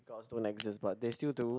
gods don't exist but they still do